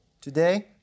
Today